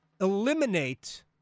eliminate